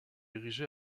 érigé